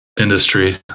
industry